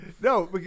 No